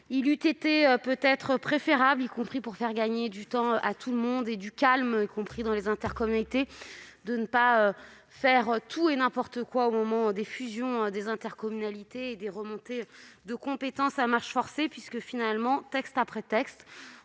il eût peut-être été préférable, pour faire gagner du temps à tout le monde et du calme dans les intercommunalités, de ne pas faire tout et n'importe quoi au moment des fusions d'intercommunalités, avec des remontées de compétences à marche forcée ... Texte après texte,